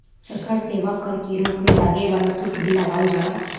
सरकार सेवा कर के रूप में लागे वाला शुल्क भी लगावल जाला